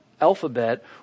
alphabet